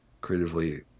creatively